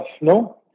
No